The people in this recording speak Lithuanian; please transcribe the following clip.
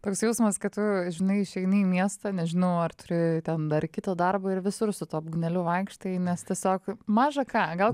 toks jausmas kad tu žinai išeini į miestą nežinau ar turi ten dar kito darbo ir visur su tuo būgneliu vaikštai nes tiesiog maža ką gal